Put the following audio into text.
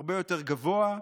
הרבה יותר גבוה,